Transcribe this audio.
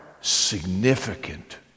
significant